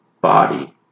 body